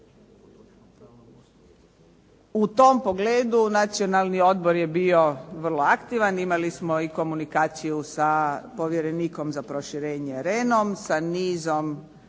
U tom pogledu Nacionalni odbor je bio vrlo aktivan, imali smo i komunikaciju sa povjerenikom za proširenje Rehnom, sa nizom